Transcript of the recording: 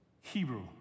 Hebrew